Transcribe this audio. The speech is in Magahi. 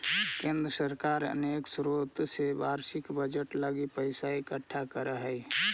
केंद्र सरकार अनेक स्रोत से वार्षिक बजट लगी पैसा इकट्ठा करऽ हई